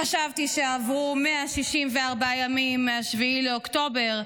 חשבתי שעברו 164 ימים מ-7 באוקטובר,